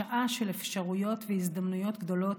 שעה של אפשרויות והזדמנויות גדולות,